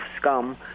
scum